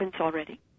already